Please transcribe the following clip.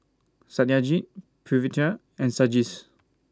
Satyajit Pritiviraj and Sanjeev's